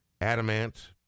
adamant